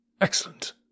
Excellent